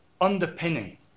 underpinning